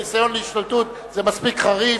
ניסיון להשתלטות זה מספיק חריף.